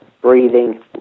breathing